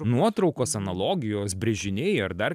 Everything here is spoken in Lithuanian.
nuotraukos analogijos brėžiniai ar dar